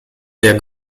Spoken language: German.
der